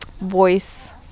voice